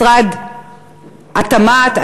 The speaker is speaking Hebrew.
משרד התמ"ת,